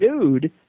dude